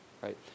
Right